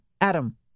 Adam